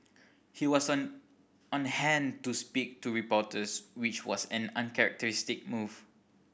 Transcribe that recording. he was on on hand to speak to reporters which was an uncharacteristic move